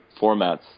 formats